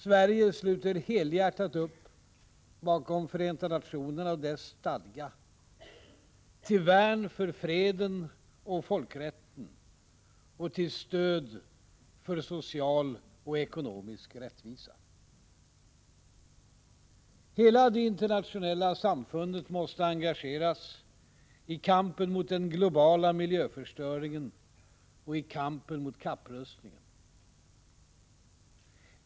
Sverige sluter helhjärtat upp bakom Förenta nationerna och dess stadga till värn för freden och folkrätten och till stöd för social och ekonomisk rättvisa. Hela det internationella samfundet måste engageras i kampen mot den globala miljöförstöringen och i kampen mot kapprustningen.